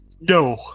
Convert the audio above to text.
No